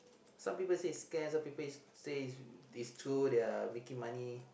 some people say scam some people is say is is true they're making money